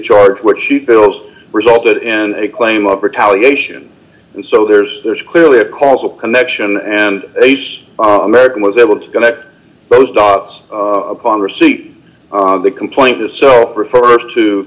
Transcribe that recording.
charge what she feels resulted in a claim of retaliation and so there's there's clearly a causal connection and american was able to connect those dots upon receipt of the complaint is so refer